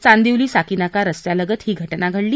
चांदीवली साकिनाका रस्त्यालागत ही घटना घडली